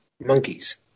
monkeys